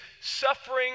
suffering